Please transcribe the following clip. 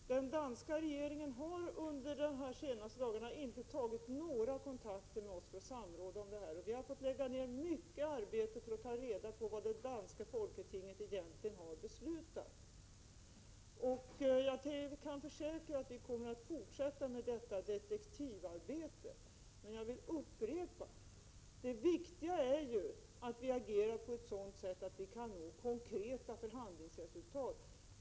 Fru talman! Den danska regeringen har under de senaste dagarna inte tagit några kontakter med oss för samråd i dessa frågor. Vi har fått lägga ned mycket arbete för att ta reda på vad det danska folketinget egentligen har beslutat. Jag kan försäkra att vi kommer att fortsätta med detta detektivarbete. Jag vill upprepa att det viktiga är att vi agerar på ett sådant sätt att vi kan nå konkreta förhandlingsresultat.